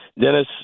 Dennis